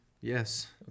Yes